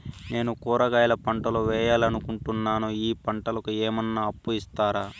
నేను కూరగాయల పంటలు వేయాలనుకుంటున్నాను, ఈ పంటలకు ఏమన్నా అప్పు ఇస్తారా?